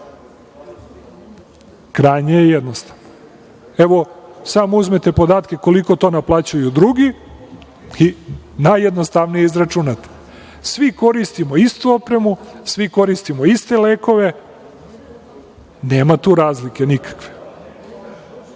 Krajnje je jednostavno. Evo, samo uzmite podatke koliko to naplaćuju drugi i najjednostavnije izračunate. Svi koristimo istu opremu, svi koristimo iste lekove, nema tu razlike nikakve.